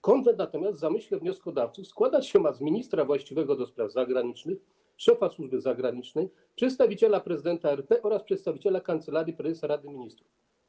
Konwent natomiast w zamyśle wnioskodawcy składać się ma z ministra właściwego do spraw zagranicznych, szefa służby zagranicznej, przedstawiciela prezydenta RP oraz przedstawiciela Kancelarii Prezesa Rady Ministrów.